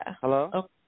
Hello